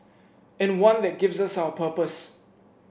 and one that gives us our purpose